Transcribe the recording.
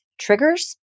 triggers